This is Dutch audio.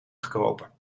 gekropen